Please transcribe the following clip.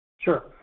Sure